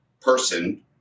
person